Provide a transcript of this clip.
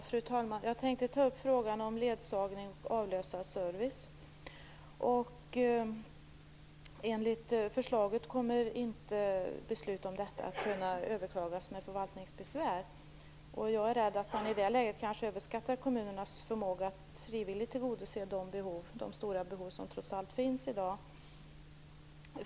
Fru talman! Jag tänkte ta upp frågan om ledsagnings och avlösarservice. Enligt förslaget kommer beslut i sådana frågor inte att kunna överklagas med förvaltningsbesvär. Jag är rädd att man i det läget kanske överskattar kommunernas förmåga att frivilligt tillgodose de stora behov som trots allt finns i dag.